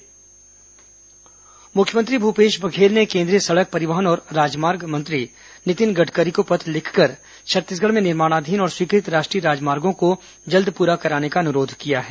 मुख्यमंत्री केंद्रीय मंत्री पत्र मुख्यमंत्री भूपेश बघेल ने केन्द्रीय सड़क परिवहन और राजमार्ग मंत्री नितिन गड़करी को पत्र लिखकर छत्तीसगढ में निर्मणाधीन और स्वीकत राष्ट्रीय राजमार्गो को जल्द पुरा कराने का अनुरोध किया है